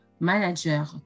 Manager